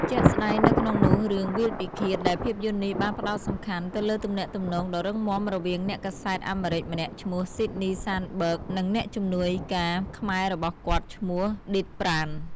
ជាក់ស្តែងនៅក្នុងនោះ រឿង វាលពិឃាត ដែលភាពយន្តនេះបានផ្តោតសំខាន់ទៅលើទំនាក់ទំនងដ៏រឹងមាំរវាងអ្នកកាសែតអាមេរិកម្នាក់ឈ្មោះ ស៊ីដនី សានបឺក និងអ្នកជំនួយការខ្មែររបស់គាត់ឈ្មោះ ឌីត ប្រាន់។